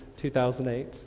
2008